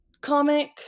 comic